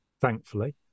thankfully